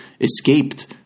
escaped